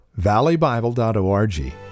valleybible.org